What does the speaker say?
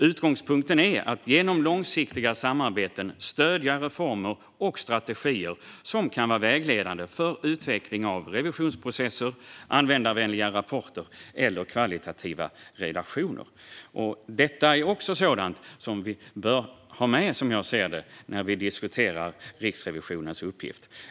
Utgångspunkten är att genom långsiktiga samarbeten stödja reformer och strategier som kan vara vägledande för utveckling av revisionsprocesser, användarvänliga rapporter eller kvalitativa relationer. Detta är också sådant som jag anser att vi bör ha med när vi diskuterar Riksrevisionens uppgift.